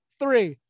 three